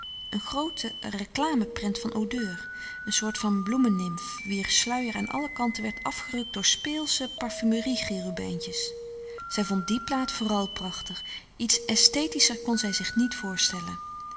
kracht groote reclame prent van odeur een soort van bloemenimf wier sluier aan alle kanten werd afgerukt door speelsche parfumerie cherubijntjes zij vond die plaat vooral prachtig iets esthetischers kon zij zich niet voorstellen